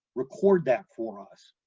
record that for us,